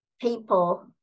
people